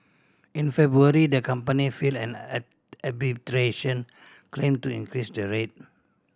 in February the company filed an arbitration claim to increase the rate